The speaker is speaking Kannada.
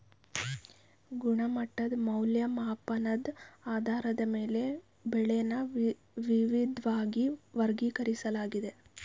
ಗುಣಮಟ್ಟದ್ ಮೌಲ್ಯಮಾಪನದ್ ಆಧಾರದ ಮೇಲೆ ಬೆಳೆನ ವಿವಿದ್ವಾಗಿ ವರ್ಗೀಕರಿಸ್ಲಾಗಿದೆ